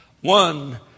One